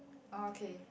okay